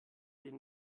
den